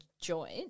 joint